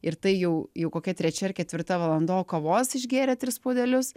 ir tai jau jau kokia trečia ar ketvirta valanda o kavos išgėrė tris puodelius